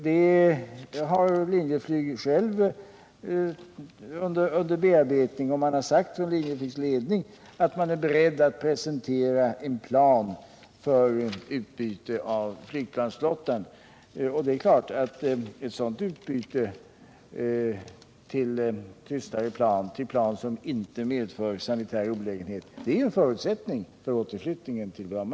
Linjeflyg bearbetar frågan, och ledningen har sagt att man är beredd att presentera en plan för utbyte av flygplansflottan. Det är klart att ett byte till tystare plan som inte medför sanitära olägenheter är en förutsättning för återflyttningen till Bromma.